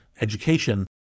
Education